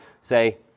say